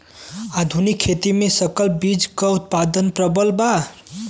आधुनिक खेती में संकर बीज क उतपादन प्रबल बा